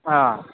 آ